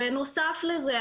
בנוסף לזה,